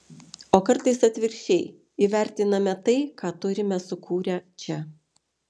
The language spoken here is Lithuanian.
o kartais atvirkščiai įvertiname tai ką turime sukūrę čia